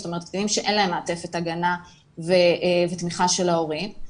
זאת אומרת קטינים שאין להם מעטפת הגנה ותמיכה של ההורים,